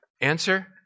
Answer